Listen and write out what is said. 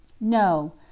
No